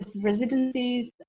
residencies